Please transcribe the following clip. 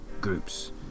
groups